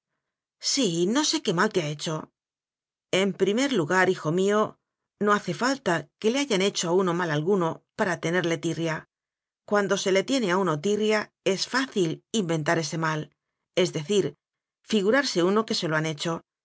sí no sé qué mal te ha hecho en primer lugar hijo mío no hace falta que le hayan hecho a uno mal alguno para tenerle tirria cuando se le tiene a uno tirria es fácil inventar ese mal es decir figurarse uno que se lo han hecho